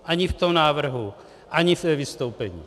Ani v tom návrhu, ani ve vystoupení.